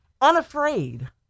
unafraid